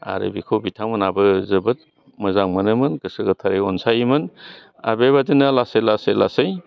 आरो बेखौ बिथांमोनाबो जोबोद मोजां मोनोमोन गोसो गोथारै अनसायोमोन बेबायदिनो लासै लासै लासै